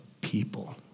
people